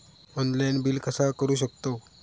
Online bill कसा करु शकतव?